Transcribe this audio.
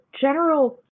general